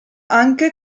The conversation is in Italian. anche